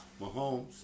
Mahomes